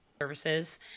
services